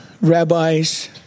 rabbis